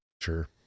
Sure